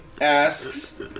...asks